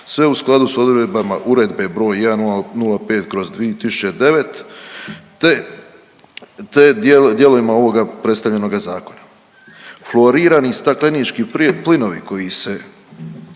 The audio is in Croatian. sve u skladu s odredbama Uredbe br. 1005/2009, te, te dijelovima ovoga predstavljenoga zakona. Fluorirani staklenički plinovi koji se,